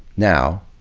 now,